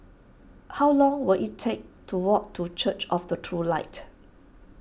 how long will it take to walk to Church of the True Light